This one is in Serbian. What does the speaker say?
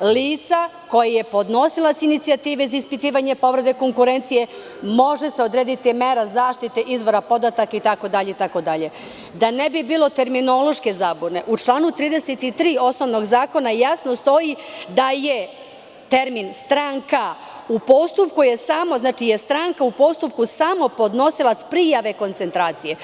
lica koje je podnosilac inicijative za ispitivanje povrede konkurencije može se odrediti mera zaštite izvora podataka itd.“ Da ne bi bilo terminološke zabune, u članu 33. osnovnog zakona jasno stoji da je termin: „stranka“, odnosno u postupku je stranka samo podnosilac prijave konkurencije.